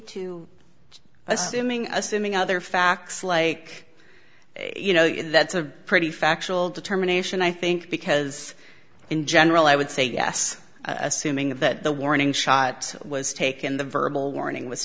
assuming assuming other facts like you know that's a pretty factual determination i think because in general i would say yes assuming that the warning shot was taken the verbal warning was